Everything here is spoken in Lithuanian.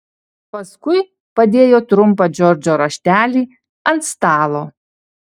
paskui padėjo trumpą džordžo raštelį ant stalo